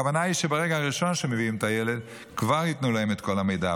הכוונה היא שברגע הראשון שמביאים את הילד כבר ייתנו להם את כל המידע,